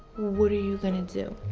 what're you gonna do?